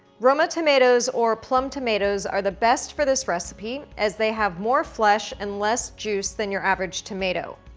roma tomatoes or plum tomatoes are the best for this recipe as they have more flesh and less juice than your average tomato,